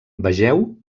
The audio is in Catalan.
vegeu